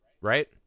Right